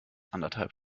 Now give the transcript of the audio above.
anderthalb